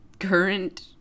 Current